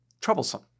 Troublesome